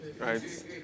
right